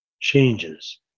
changes